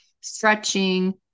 stretching